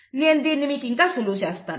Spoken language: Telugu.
నేను దీన్ని ఇంకా సులువు చేస్తాను